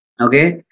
Okay